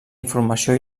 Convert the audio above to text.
informació